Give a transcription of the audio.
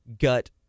gut